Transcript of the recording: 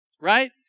Right